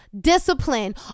discipline